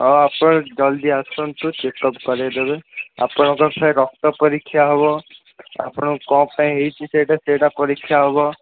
ହଉ ଆପଣ ଜଲଦି ଆସନ୍ତୁ ଚେକଅପ୍ କରାଇ ଦେବେ ଆପଣଙ୍କ ସେ ରକ୍ତ ପରୀକ୍ଷା ହେବ ଆପଣ କ'ଣ ପାଇଁ ହେଇଛି ସେଇଟା ପରୀକ୍ଷା ହେବ